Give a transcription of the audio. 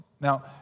Now